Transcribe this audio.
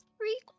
three